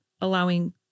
allowing